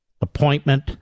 appointment